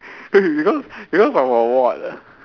eh because because of the ward ah